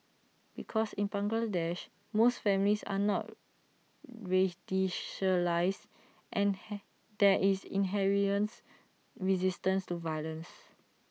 because in Bangladesh most families are not radicalised and he there is inherent resistance to violence